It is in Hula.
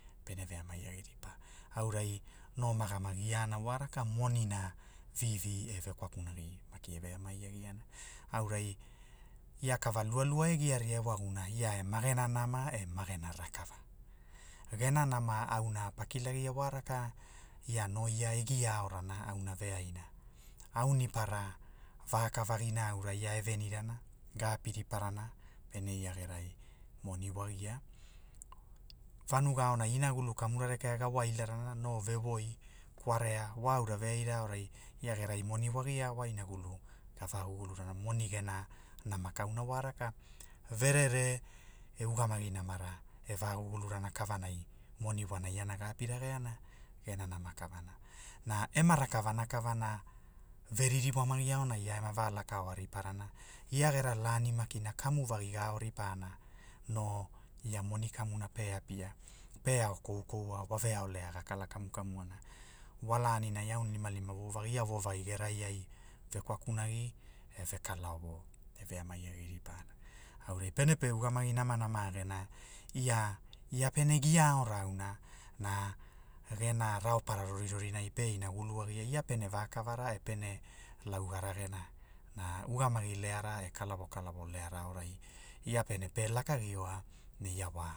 Pene veamai agi ripa, aurai, no magama giana wa raka monina, vivi e vekwakunagi, maki e veamai agiana. Aurai, ia kava lualua e giaria e wagumuna ia e magena nama e magena rakava. Gena nama auna pakilagia wa raka, ia no ia e gia aorana auna veaina. Aunipara, vakavagina aura ia e venirana, ga api ripa rana pene ia gerai, moni wagia. Vanuga aonai inagulu kamura rekea gga wailarana no vevoi, kwarea, wa aura veaira aorai, ia gerai moni wagia wa inagulu, ga va guguluana moni gena, nama kauna wa raka verere e ugamagi namara, e va gugulurana kavanai, moni wana iana ge api rageana, gena nama kavana. Na ema rakavana kavana, veririwamagi aonai ia ema va laka oana riparana, ia gera lani makina kamuvagi ga ao ripana, no ia moni kamuna pe apia, pe au koukoua wa veaolea ga kala kamu kamuao, wa laninai aunilimalima wovagi ia wovagi gerai ai, vekwakunagi, e ve kalaovo, e veamai agi ripa, aura pene pe ugamagi nama gena, ia, ia pene giaora auna, na gena raopara rorirorinai pe inagulu agia ia pene vakavara e pene, laugara gena, na ugamagi, leara e kalavo kalavo leara aorai, ia pene pe lakagioa ne ia wa